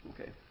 Okay